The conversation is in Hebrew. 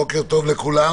בוקר טוב לכולם.